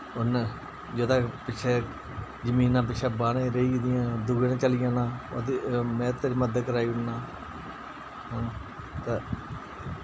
उन जुदे पिच्छै जमीनां पिच्छै बाह्ने रेहि दि'यां दूए नै चली जाना ओह्दी मैं तेरी मदद कराई ओड़ना हां ते